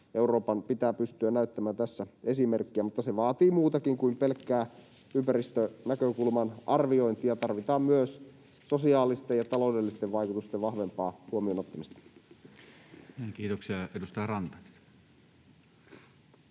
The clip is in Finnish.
Euroopan pitää pystyä näyttämään tässä esimerkkiä, mutta se vaatii muutakin kuin pelkkää ympäristönäkökulman arviointia — tarvitaan myös sosiaalisten ja taloudellisten vaikutusten vahvempaa huomioon ottamista. [Speech 137] Speaker: